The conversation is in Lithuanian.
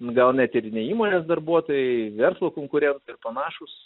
gal net ir ne įmonės darbuotojai verslo konkurentai ir panašūs